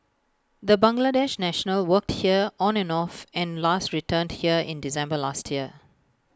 the Bangladesh national worked here on and off and last returned here in December last year